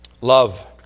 Love